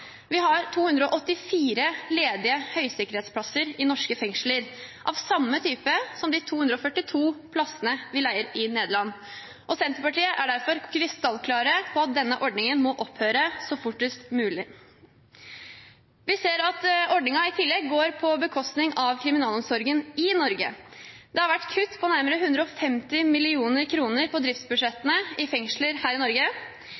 Vi har 284 ledige høysikkerhetsplasser i norske fengsler, av samme type som de 242 plassene vi leier i Nederland. Senterpartiet er derfor krystallklare på at denne ordningen må opphøre fortest mulig. Vi ser at ordningen i tillegg går på bekostning av kriminalomsorgen i Norge. Det har vært kutt på nærmere 150 mill. kr på driftsbudsjettene i fengsler her i Norge.